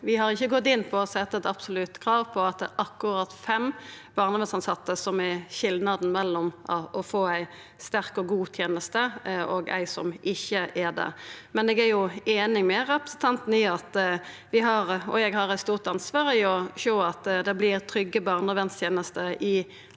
inn på å setja eit absolutt krav til at det er akkurat fem barnevernstilsette som er skilnaden mellom å få ei sterk og god teneste og ei som ikkje er det, men eg er einig med representanten i at vi og eg har eit stort ansvar for å sjå til at det vert trygge barnevernstenester i